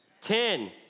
Ten